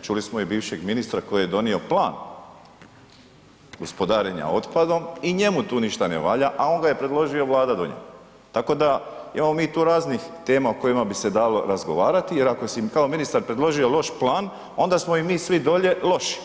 Čuli smo i bivšeg ministra koji je donio plan gospodarenja otpadom i njemu tu ništa ne valja, a on ga je predložio i Vlada donijela, tako da imamo mi tu raznih tema o kojima bi se dalo razgovarati jer ako si im kao ministar predložio loš plan, onda smo i mi svi dolje loši,